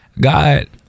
God